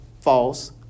false